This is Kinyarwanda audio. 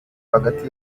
hagati